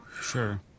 sure